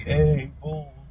able